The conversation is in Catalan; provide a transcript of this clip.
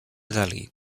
dalí